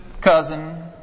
cousin